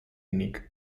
unique